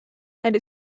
and